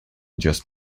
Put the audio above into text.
just